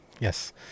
Yes